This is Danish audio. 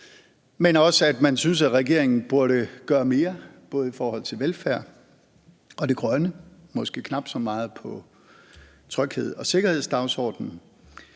men også at man synes, at regeringen burde gøre mere både i forhold til velfærd og det grønne, og måske knap så meget på trygheds- og sikkerhedsdagsordenen.